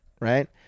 right